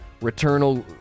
returnal